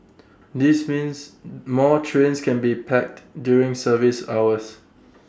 this means more trains can be packed during service hours